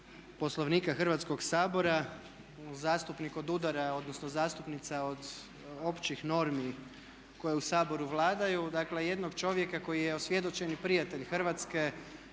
Poslovnika Hrvatskog sabora, zastupnica odudara od općih normi koje u Saboru vladaju. Dakle, jednog čovjeka koji je osvjedočeni prijatelj Hrvatske,